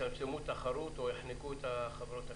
-- שיצמצמו תחרות או יחנקו את החברות הקטנות.